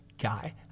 guy